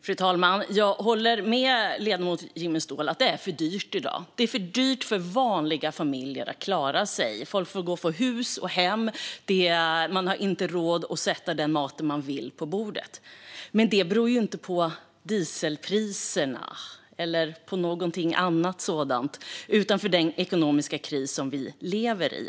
Fru talman! Jag håller med ledamoten Jimmy Ståhl om att det i dag är för dyrt för vanliga familjer att klara sig. Folk får gå från hus och hem, och man har inte råd att sätta den mat man vill på bordet. Men det beror ju inte på dieselpriserna eller på någonting annat sådant, utan på den ekonomiska kris vi lever i.